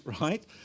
right